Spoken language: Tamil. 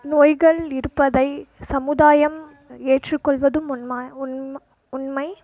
நோய்கள் இருப்பதை சமூதாயம் ஏற்று கொள்வதும் உண்மா உண்மை உண்மை